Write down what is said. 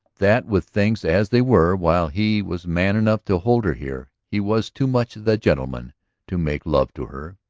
that with things as they were, while he was man enough to hold her here, he was too much the gentleman to make love to her.